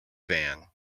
van